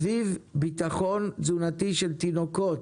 סביב ביטחון תזונתי של תינוקות,